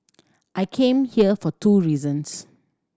I came here for two reasons